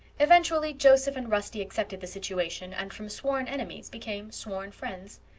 eventually joseph and rusty accepted the situation and from sworn enemies became sworn friends.